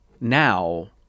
now